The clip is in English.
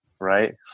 right